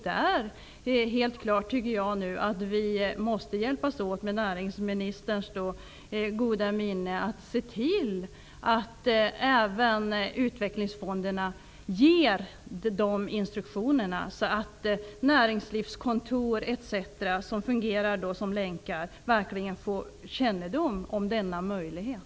Där måste vi hjälpas åt, med näringsministerns goda minne, för att se till att även utvecklingsfonderna ger dessa instruktioner så att näringslivskontor etc. som fungerar som länkar verkligen får kännedom om denna möjlighet.